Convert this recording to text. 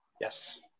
Yes